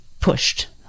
pushed